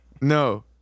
no